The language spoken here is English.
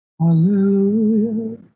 Hallelujah